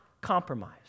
compromise